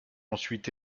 ensuite